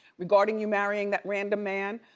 regarding you marrying that random man,